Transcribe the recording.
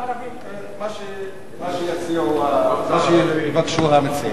מה שיבקשו המציעים.